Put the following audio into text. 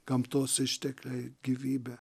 gamtos ištekliai gyvybė